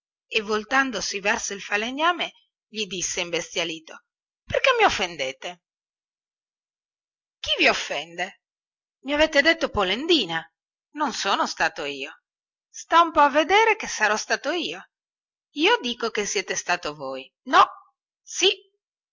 e voltandosi verso il falegname gli disse imbestialito perché mi offendete chi vi offende i avete detto polendina non sono stato io sta un po a vedere che sarò stato io io dico che siete stato voi no si